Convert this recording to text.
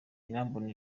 irambona